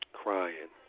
crying